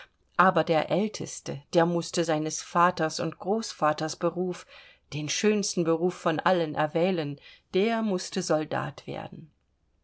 aber der älteste der mußte seines vaters und großvaters beruf den schönsten beruf von allen erwählen der mußte soldat werden